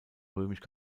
römisch